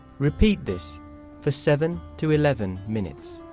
repeat this for seven to eleven minutes.